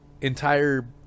entire